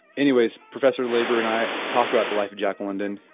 anyways, professor labor and i talked about the life of jack london,